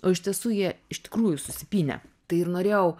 o iš tiesų jie iš tikrųjų susipynę tai ir norėjau